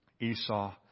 Esau